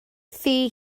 thŷ